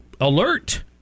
alert